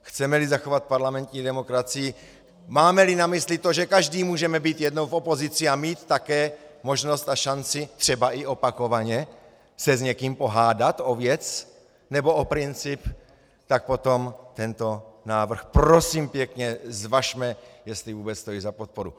Chcemeli zachovat parlamentní demokracii, mámeli na mysli to, že každý můžeme být jednou v opozici a mít také možnost a šanci třeba i opakovaně se s někým pohádat o věc nebo o princip, tak potom tento návrh prosím pěkně zvažme, jestli vůbec stojí za podporu.